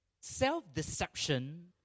Self-deception